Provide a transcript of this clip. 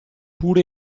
pure